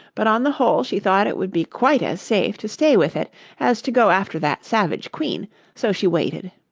but on the whole she thought it would be quite as safe to stay with it as to go after that savage queen so she waited.